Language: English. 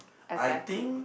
exactly